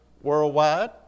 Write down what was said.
worldwide